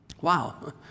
Wow